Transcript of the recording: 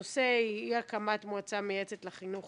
הנושא: אי הקמת מועצה מייעצת לחינוך